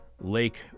Lake